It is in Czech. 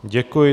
Děkuji.